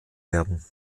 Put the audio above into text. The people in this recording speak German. werden